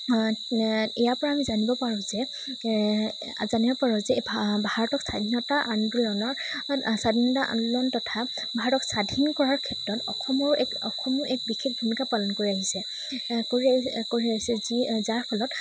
ইয়াৰ পৰা আমি জানিব পাৰোঁ যে জানিব পাৰোঁ যে ভা ভাৰতক স্বাধীনতা আন্দোলনৰ স্বাধীনতা আন্দোলন তথা ভাৰতক স্বাধীন কৰাৰ ক্ষেত্ৰত অসমৰ এক অসমেও এক বিশেষ পালন কৰি আহিছে কৰি আহি কৰি আহিছে যি যাৰ ফলত